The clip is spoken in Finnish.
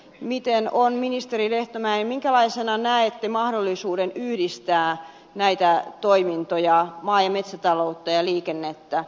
miten on ministeri lehtomäki minkälaisena näette mahdollisuuden yhdistää näitä toimintoja maa ja metsätaloutta ja liikennettä ympäristöhallintoon